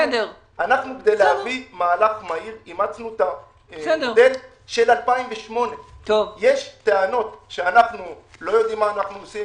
כדי להביא מהלך מהיר אימצנו את המודל של 2008. יש טענות שאנחנו לא יודעים מה אנחנו עושים.